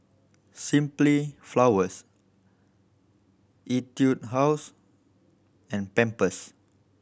Simply Flowers Etude House and Pampers